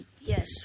Yes